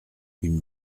une